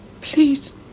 Please